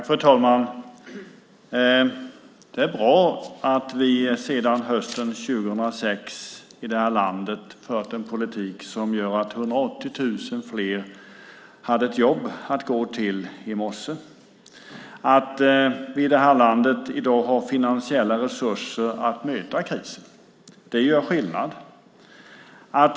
Fru talman! Det är bra att vi sedan hösten 2006 i det här landet har fört en politik som gjort att 180 000 fler hade ett jobb att gå till i morse och att vi i det här landet i dag har finansiella resurser att möta krisen. Det gör skillnad.